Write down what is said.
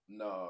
no